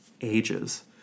ages